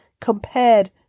Compared